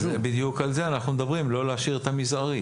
בדיוק על זה אנחנו מדברים, לא להשאיר את ה"מזערי".